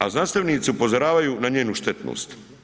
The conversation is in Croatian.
A znanstvenici upozoravaju na njenu štetnost.